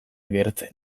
agertzen